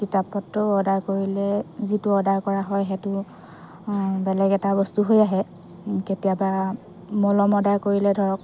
কিতাপ পত্ৰ অৰ্ডাৰ কৰিলে যিটো অৰ্ডাৰ কৰা হয় সেইটো বেলেগ এটা বস্তু হৈ আহে কেতিয়াবা মলম অৰ্ডাৰ কৰিলে ধৰক